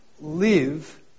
live